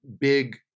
big